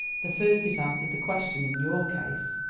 the first is out of the question in your case.